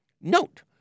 Note